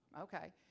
Okay